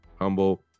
humble